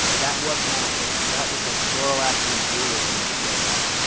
that was not a thing. that was like zoroastrian dualism that showed up.